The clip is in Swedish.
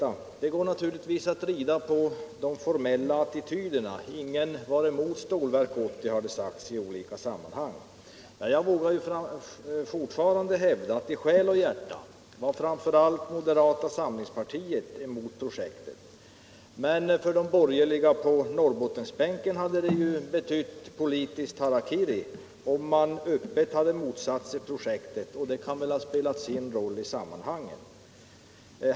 Givetvis går det att rida på de formella attityderna. Ingen var emot Stålverk 80, har det sagts i olika sammanhang. Jag vågar dock fortfarande hävda att i själ och hjärta var framför allt moderata samlingspartiet emot projektet. Men för de borgerliga på Norrbottensbänken hade det ju betytt politisk harakiri att öppet motsätta sig projektet, och det kan väl ha spelat sin roll i sammanhanget.